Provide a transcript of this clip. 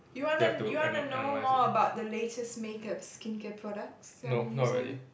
you wanna you wanna know more about the latest makeup skincare products that I'm using